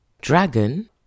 dragon